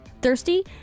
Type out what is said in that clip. Thirsty